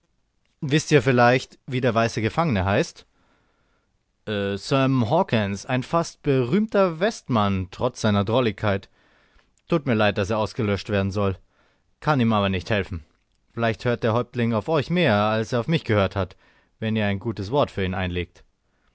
wißt ihr vielleicht wie der weiße gefangene heißt sam hawkens ein fast berühmter westmann trotz seiner drolligkeit tut mir leid daß er ausgelöscht werden soll kann ihm aber nicht helfen vielleicht hört der häuptling auf euch mehr als er auf mich gehört hat wenn ihr ein gutes wort für ihn einlegt